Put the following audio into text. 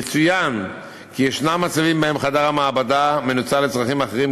יצוין כי ישנם מצבים שבהם חדר המעבדה מנוצל לצרכים אחרים,